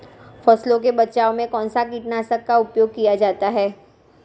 फसलों के बचाव में कौनसा कीटनाशक का उपयोग किया जाता है?